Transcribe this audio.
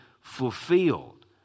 fulfilled